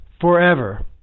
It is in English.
forever